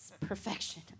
perfection